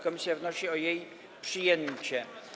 Komisja wnosi o jej przyjęcie.